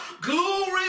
glory